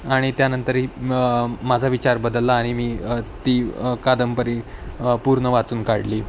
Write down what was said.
आणि त्यानंतरही माझा विचार बदलला आणि मी ती कादंबरी पूर्ण वाचून काढली